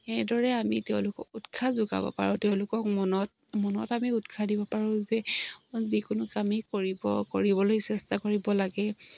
সেইদৰে আমি তেওঁলোকক উৎসাহ যোগাব পাৰোঁ তেওঁলোকক মনত মনত আমি উৎসাহ দিব পাৰোঁ যে যিকোনো কামেই কৰিব কৰিবলৈ চেষ্টা কৰিব লাগে